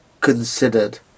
considered